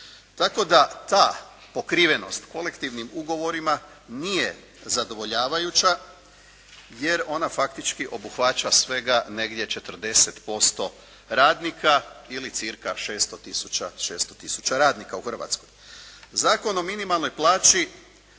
Tako da ta pokrivenost kolektivnim ugovorima nije zadovoljavajuća jer ona faktički obuhvaća svega negdje 40% radnika ili cirka 600 tisuća radnika u Hrvatskoj. Zakon o minimalnoj plaći